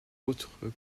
autres